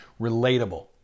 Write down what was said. relatable